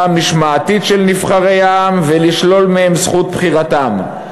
המשמעתית של נבחרי העם ולשלול מהן זכות בחירתן?"